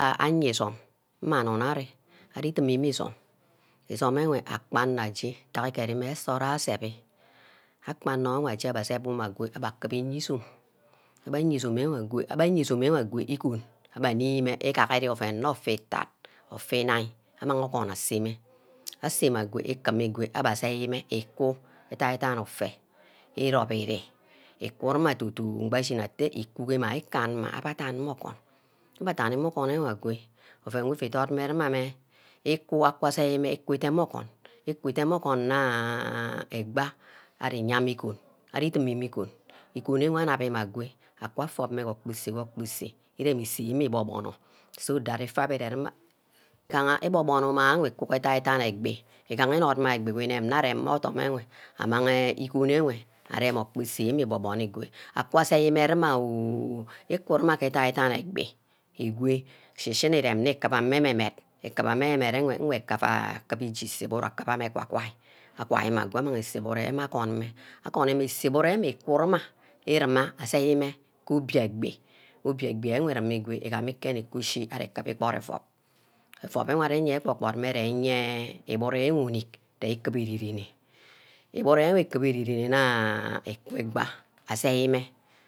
Aya isome mme awon arear ari dumi isome, isome ewe agban mme aje ntagha mme nsort ayo asebbi akpan omor ago abbe aje aseb umeh ago, ava kubba iye-izome, abba aya aizome ewe ago, aba aya izome ewe ago igon, abbe nime igahari oven nne ofai itat, ofia inine, agmag orgun aseme, aseme ago ikim, ikim igo abbe asiame, iku adadan offa irobini, ikunuma du-du agbor ashimeh atte ikuhuma ikun mma, abbe adan mme orgin, abbe adan orgon iye ago, oven wu ivu idot mme nna agoi orgon iye ago, oven wu ivu idot mme nna agoi aku aka siame iku idem ogon. ari idimimi-igon. igon wer anabime agoi aka afon mme ke okpor iseh ke okpor iseh irem iseh ibor-borno so that ifa wu re-ruma igaha ibor-borno ewe iku gba ada-dan egbi, igaha enit mma egbi wu igmang erem odom ewe, amang igon ewe areme okpor ise we ibor-borno igo wah asai mme ruma oh ikuma ke ida-dan egbi igwe, shi shinah ikuba irem nne ikumame eme-med, ikuma eme-med enwe ije kuba ise igburu akama-mme ekwa-kwai, akwai mme ago amang ise igburu ame ikujagha irima asai-mme ko oboi egbi, oboi egbi enwe irema igo, kemi ikishi ari gume egbod ovom, evom woh ari evom mme je ari ye iburu oriwor unick ikubu irene iburu wor ikubor ere-rene nna ikuba asai mme.